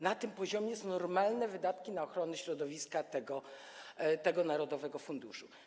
Na tym poziomie są normalne wydatki na ochronę środowiska w ramach tego narodowego funduszu.